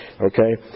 okay